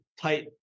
Tight